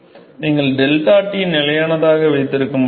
நீங்கள் ΔT நிலையானதாக வைத்திருக்க முடியாது